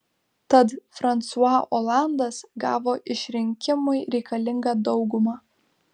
tad fransua olandas gavo išrinkimui reikalingą daugumą